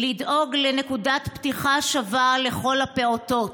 לדאוג לנקודת פתיחה שווה לכל הפעוטות.